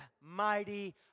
mighty